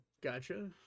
Gotcha